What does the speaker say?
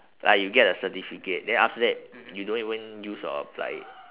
like you get a certificate then after that you don't even use or apply it